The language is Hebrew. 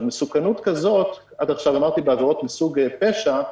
מסוכנות כזאת, עד עכשיו אמרתי בעבירות מסוג פשע,